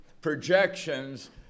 projections